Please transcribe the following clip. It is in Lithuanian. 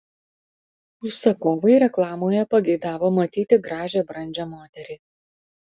užsakovai reklamoje pageidavo matyti gražią brandžią moterį